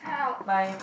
my